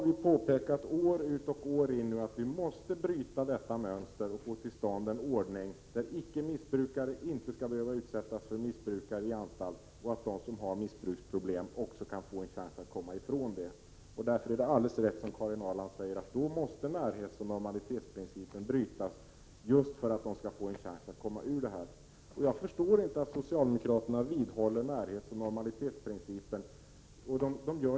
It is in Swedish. Vi har år ut och år in påpekat att detta mönster måste brytas, för att få till stånd en ordning där icke-missbrukare inte skall behöva utsättas för missbrukare på anstalt och att de som har missbruksproblem kan få en chans att komma ifrån det. Därför är det helt riktigt, som Karin Ahrland säger, att närhetsoch normalitetsprinciperna måste brytas just för att de skall få chansen att komma ur missbruket. Jag förstår inte att socialdemokraterna vidhåller närhetsoch normalitetsprinciperna.